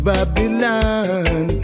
Babylon